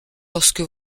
lorsque